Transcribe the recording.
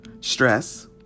stress